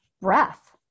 breath